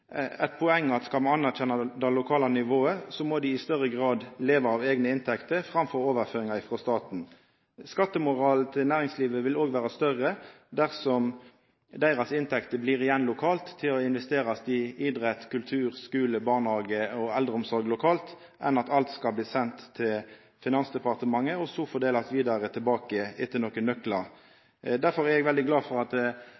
eit poeng at skal me anerkjenna det lokale nivået, må det i større grad leva av eigne inntekter framfor av overføringar frå staten. Skattemoralen til næringslivet vil òg vera større om inntektene deira blir igjen lokalt og blir investert i idrett, kultur, skular, barnehagar og eldreomsorg, enn om alt skal bli sendt til Finansdepartementet og så bli fordelt tilbake etter